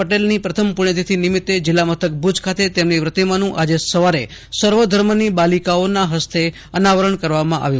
પટેલની પ્રથમ પુણ્યતિથી નિમિતે જિલ્લામથક ભુજ ખાતે તેમની પ્રતિમાનું આજે સવારે સર્વ ધર્મની બાલિકાઓના હસ્તે અનાવરણ કરવામાં આવ્યું